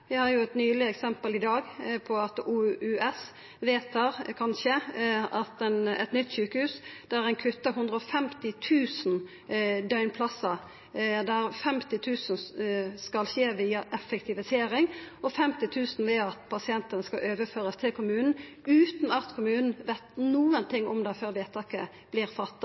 Vi har eit nyleg eksempel frå i dag på at OUS kanskje vedtek eit nytt sjukehus, der ein kuttar 150 000 døgnplassar, der 50 000 skal skje via effektivisering og 50 000 ved at pasientane skal overførast til kommunen, utan at kommunen veit nokon ting om det før vedtaket vert fatta.